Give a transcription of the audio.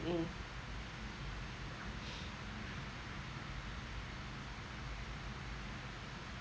mm